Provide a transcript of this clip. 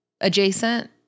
adjacent